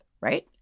Right